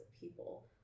people